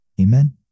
Amen